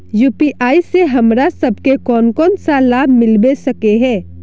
UPI से हमरा सब के कोन कोन सा लाभ मिलबे सके है?